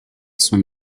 soon